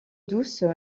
douce